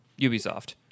Ubisoft